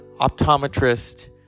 optometrist